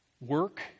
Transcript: work